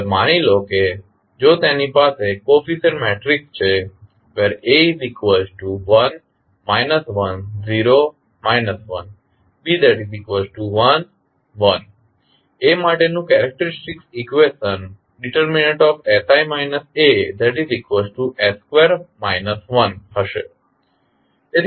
હવે માની લો કે જો તેની પાસે કોફીસીયન્ટ મેટ્રિક્સ છે A માટેનું કેરેક્ટેરીસ્ટીક ઇકવેશન sI As2 1 હશે